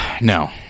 No